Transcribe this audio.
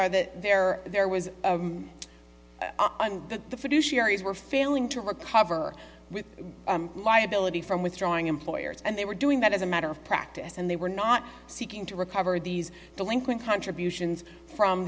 are that there there was on the fiduciary were failing to recover with liability from withdrawing employers and they were doing that as a matter of practice and they were not seeking to recover these delinquent contributions from